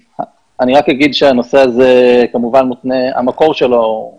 אני רק אגיד שהמקור של הנושא הזה בתוך המסגרת